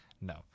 No